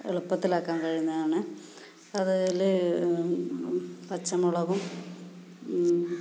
എളുപ്പത്തിലാക്കാൻ കഴിയുന്നതാണ് അതിൽ പച്ചമുളകും